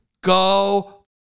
Go